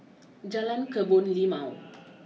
Jalan Kebun Limau